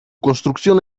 construcción